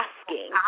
asking